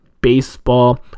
baseball